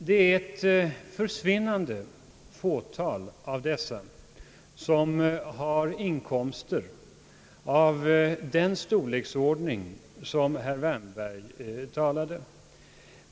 Det är ett försvinnande fåtal av dessa som har inkomster av den storleksordning som herr Wärnberg talade om.